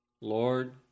Lord